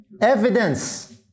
evidence